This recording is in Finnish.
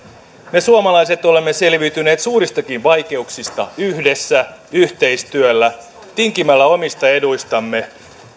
me suomalaiset olemme selviytyneet suuristakin vaikeuksista yhdessä yhteistyöllä tinkimällä omista eduistamme